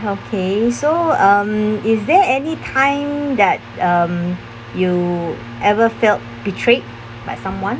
okay so um is there any time that um you ever felt betrayed by someone